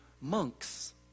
monks